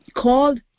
Called